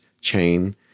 chain